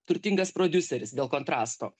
turtingas prodiuseris dėl kontrasto